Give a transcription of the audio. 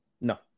No